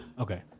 Okay